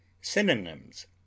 Synonyms